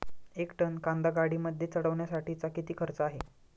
एक टन कांदा गाडीमध्ये चढवण्यासाठीचा किती खर्च आहे?